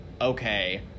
okay